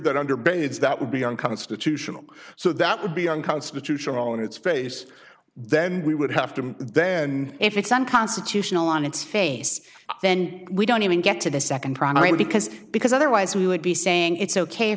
that under bates that would be unconstitutional so that would be unconstitutional in its phase then we would have to then if it's unconstitutional on its face then we don't even get to the second primary because because otherwise we would be saying it's ok